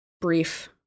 brief